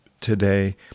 today